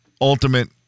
ultimate